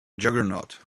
juggernaut